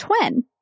twin